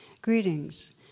Greetings